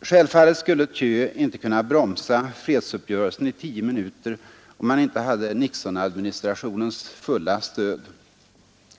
Självfallet skulle Thieu inte kunna bromsa fredsuppgörelsen i tio minuter om han inte hade Nixonadministrationens fulla stöd.